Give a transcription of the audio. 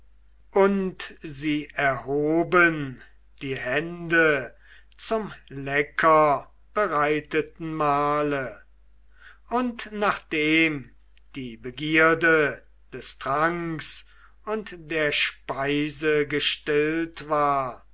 und sie erhoben die hände zum lecker bereiteten mahle und nachdem die begierde des tranks und der speise gestillt war